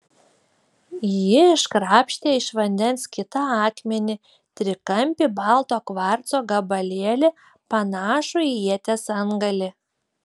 ji iškrapštė iš vandens kitą akmenį trikampį balto kvarco gabalėlį panašų į ieties antgalį